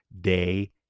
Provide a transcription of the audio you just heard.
day